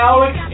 Alex